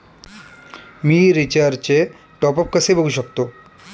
मी रिचार्जचे टॉपअप कसे बघू शकतो?